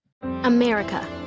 america